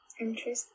Interesting